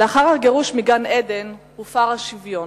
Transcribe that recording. לאחר הגירוש מגן-עדן הופר השוויון,